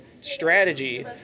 strategy